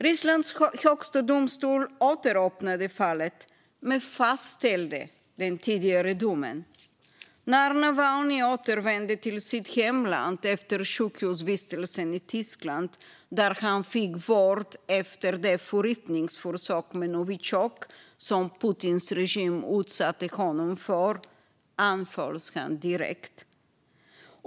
Rysslands högsta domstol återöppnade fallet, men fastställde den tidigare domen. När Navalnyj återvände till sitt hemland efter sjukhusvistelsen i Tyskland, där han fick vård efter det förgiftningsförsök med novitjok som Putins regim utsatte honom för, anhölls han direkt.